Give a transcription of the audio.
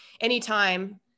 anytime